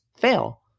fail